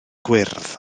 gwyrdd